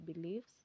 beliefs